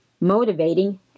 motivating